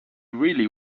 really